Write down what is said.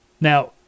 Now